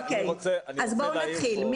בואו נתחיל.